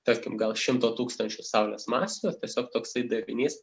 tarkim gal šimto tūkstančių saulės masių ir tiesiog toksai darinys